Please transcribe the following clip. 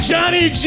Johnny